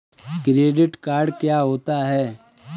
Credit card क्या होता है?